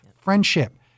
Friendship